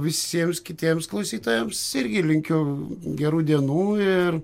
visiems kitiems klausytojams irgi linkiu gerų dienų ir